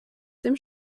dem